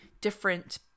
different